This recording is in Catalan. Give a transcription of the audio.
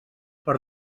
per